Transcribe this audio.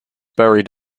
buried